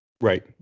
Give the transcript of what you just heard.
Right